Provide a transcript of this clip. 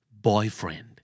boyfriend